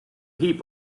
heap